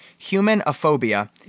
humanophobia